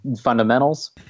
fundamentals